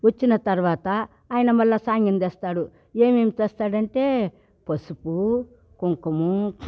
వచ్చిన తరువాత ఆయన మళ్ళ సాంగ్యము తెస్తాడు ఏమేం తెస్తాడంటే పసుపు కుంకుము